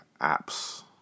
apps